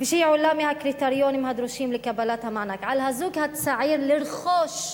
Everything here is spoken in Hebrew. והיא עולה מהקריטריונים הדרושים לקבלת המענק: על הזוג הצעיר לרכוש,